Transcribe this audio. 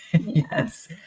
yes